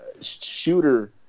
shooter